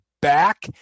back